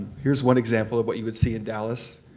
here's one example of what you would see in dallas.